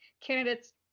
candidates